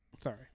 Sorry